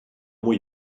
muy